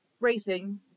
racing